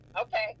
Okay